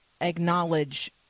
acknowledge